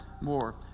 more